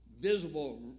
visible